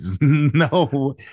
No